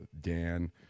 dan